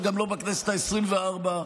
וגם לא בכנסת העשרים-וארבע.